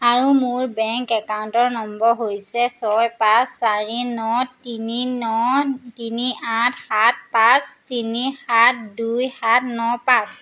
আৰু মোৰ বেংক একাউণ্টৰ নম্বৰ হৈছে ছয় পাঁচ চাৰি ন তিনি ন তিনি আঠ সাত পাঁচ তিনি সাত দুই সাত ন পাঁচ